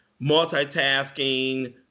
multitasking